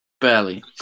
Barely